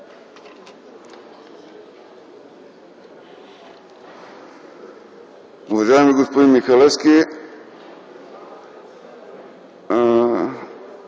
Уважаеми господин Михалевски!